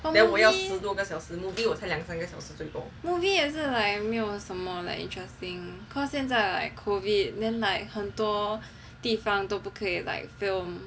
but movie movie 也是 like 没有什么 interesting cause 现在 COVID then like 很多地方都不可以 like film